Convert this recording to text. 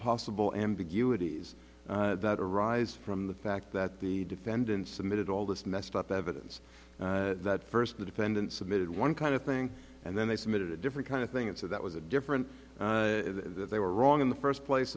possible ambiguity that arise from the fact that the defendant submitted all this messed up evidence that first the defendant submitted one kind of thing and then they submitted a different kind of thing and so that was a different they were wrong in the first place